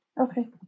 Okay